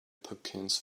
pumpkins